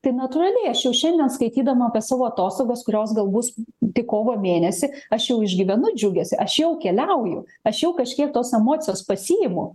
tai natūraliai aš jau šiandien skaitydama apie savo atostogas kurios gal bus tik kovo mėnesį aš jau išgyvenu džiugesį aš jau keliauju aš jau kažkiek tos emocijos pasiimu